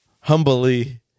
humbly